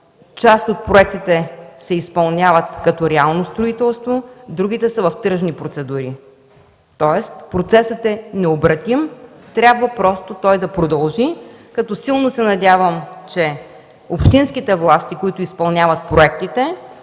Част от проектите се изпълняват като реално строителство, другите са в тръжни процедури. Тоест процесът е необратим. Той просто трябва да продължи, като силно се надявам, че общинските власти, които изпълняват проектите,